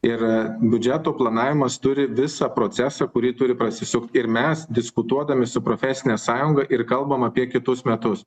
ir biudžeto planavimas turi visą procesą kurį turi prasisukti ir mes diskutuodami su profesine sąjunga ir kalbam apie kitus metus